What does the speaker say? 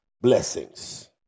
Blessings